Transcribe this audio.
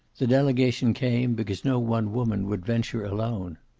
the delegation came, because no one woman would venture alone.